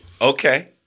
Okay